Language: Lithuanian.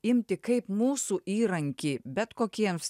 imti kaip mūsų įrankį bet kokiems